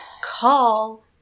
call